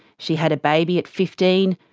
she had a baby at fifteen,